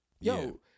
yo